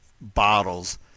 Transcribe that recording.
bottles